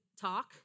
talk